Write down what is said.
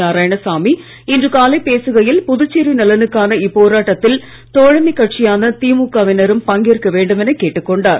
நாராயணசாமி இன்று காலை பேசுகையில் புதுச்சேரி நலனுக்கான இப்போராட்டத்தில் தோழமைக் கட்சியான திமுகவினரும் பங்கேற்க வேண்டும் என கேட்டுக் கொண்டார்